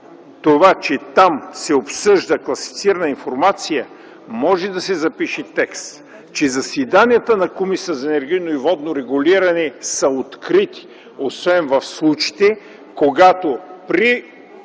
това, че там се обсъжда класифицирана информация, може да се запише текст, че: „Заседанията на Комисията за енергийно и водно регулиране са открити, освен в случаите, когато при